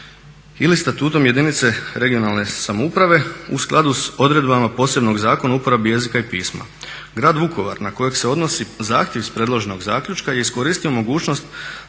ili statutom jedinice regionalne samouprave u skladu sa odredbama posebnog zakona o uporabi jezika i pisma. Grad Vukovar na kojeg se odnosi zahtjev iz predloženog zaključka je iskoristio mogućnost